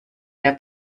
der